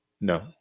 no